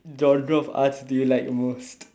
genre of arts do you like most